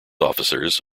officers